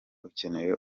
ukeneye